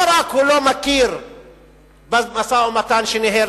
לא רק שהוא לא מכיר במשא-ומתן שניהל